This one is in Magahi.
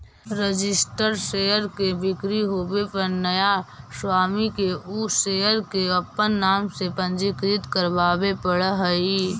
रजिस्टर्ड शेयर के बिक्री होवे पर नया स्वामी के उ शेयर के अपन नाम से पंजीकृत करवावे पड़ऽ हइ